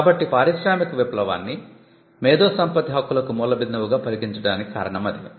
కాబట్టి పారిశ్రామిక విప్లవాన్ని మేధో సంపత్తి హక్కులకు మూలబిందువుగా పరిగణించడానికి కారణం అదే